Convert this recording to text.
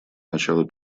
начало